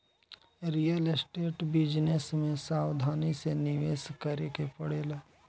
real estate business में सावधानी से निवेश करे के पड़ेला